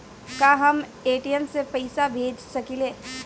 का हम ए.टी.एम से पइसा भेज सकी ले?